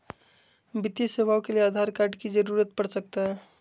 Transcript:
वित्तीय सेवाओं के लिए आधार कार्ड की जरूरत पड़ सकता है?